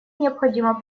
необходима